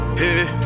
hey